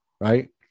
Right